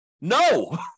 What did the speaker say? No